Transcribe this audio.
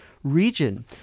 Region